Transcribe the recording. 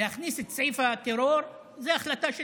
להכניס את סעיף הטרור הוא החלטה של